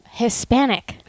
Hispanic